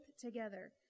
together